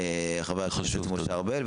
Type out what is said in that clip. חבר הכנסת משה ארבל,